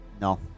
No